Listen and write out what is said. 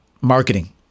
marketing